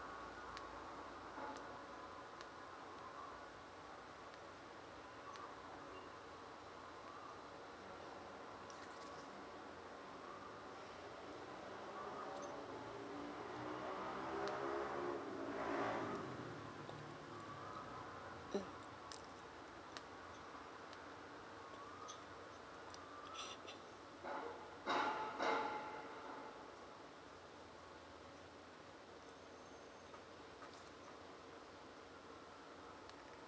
mm